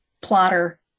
plotter